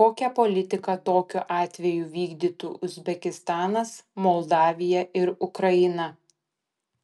kokią politiką tokiu atveju vykdytų uzbekistanas moldavija ir ukraina